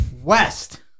West